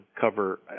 cover